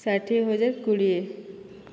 ଷାଠିଏ ହଜାର କୋଡ଼ିଏ